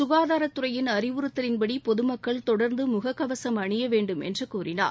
சுகாதாரத்துறையின் அறிவுறுத்தலின்படி பொதுமக்கள் தொடர்ந்து முகக்கவசம் அணிய வேண்டும் என்று கூறினார்